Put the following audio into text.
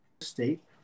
state